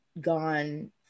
gone